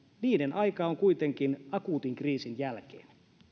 niiden aika on kuitenkin akuutin kriisin jälkeen